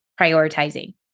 prioritizing